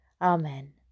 Amen